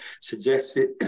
suggested